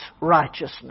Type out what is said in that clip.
righteousness